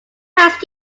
passed